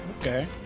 Okay